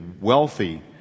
wealthy